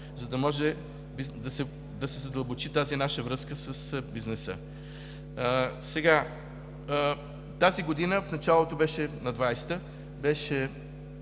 за да може да се задълбочи тази наша връзка с бизнеса. Сега, тази година, в началото на 2020 г., беше